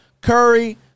Curry